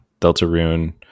Deltarune